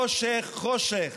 חושך, חושך.